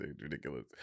ridiculous